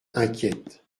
inquiète